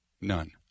None